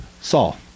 Saul